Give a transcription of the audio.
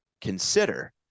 consider